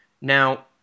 Now